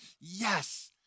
yes